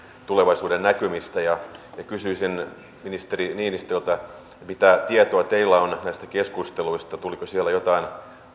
tulevaisuuden näkymistä kysyisin ministeri niinistöltä mitä tietoa teillä on näistä keskusteluista tuliko siellä jotain